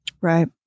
Right